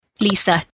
Lisa